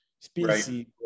species